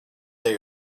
they